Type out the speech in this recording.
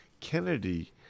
Kennedy